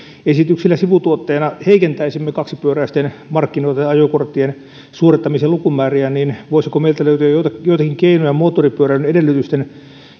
esityksillä sivutuotteena heikentäisimme kaksipyöräisten markkinoita ja ajokorttien suorittamisen lukumääriä niin voisiko meiltä löytyä joitakin keinoja moottoripyörän edellytysten